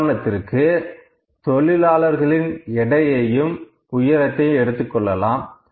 உதாரணத்திற்கு தொழிலாளர்களின் எடையையும் உயரத்தை எடுத்துக்கொள்ளலாம்